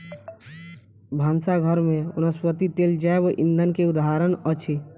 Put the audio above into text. भानस घर में वनस्पति तेल जैव ईंधन के उदाहरण अछि